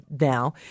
now